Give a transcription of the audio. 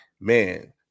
man